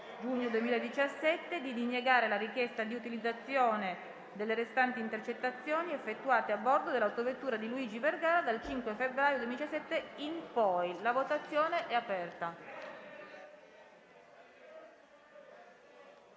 giugno 2017; di diniegare la richiesta di utilizzazione delle restanti intercettazioni effettuate a bordo dell'autovettura di Luigi Vergara dal 5 febbraio 2017 in poi. Chiedo al